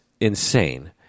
insane